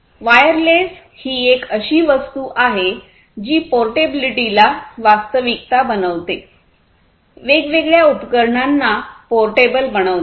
wireless ही एक अशी वस्तू आहे जी पोर्टेबिलिटीला वास्तविकता बनवते वेगवेगळ्या उपकरणांना पोर्टेबल बनवते